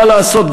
מה לעשות,